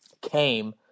came